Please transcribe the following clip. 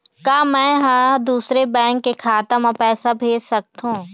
का मैं ह दूसर बैंक के खाता म पैसा भेज सकथों?